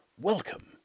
Welcome